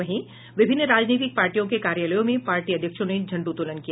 वहीं विभिन्न राजनीतिक पार्टियों के कार्यालयों में पार्टी अध्यक्षों ने झंडोत्तोलन किया